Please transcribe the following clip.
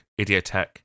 Idiotech